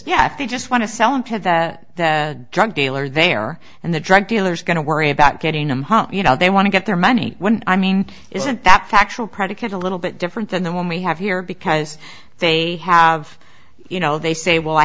yet they just want to sell and have that drug dealer there and the drug dealers are going to worry about getting them home you know they want to get their money when i mean isn't that factual predicate a little bit different than the one we have here because they have you know they say well i